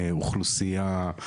אוכלוסייה,